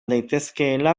daitezkeela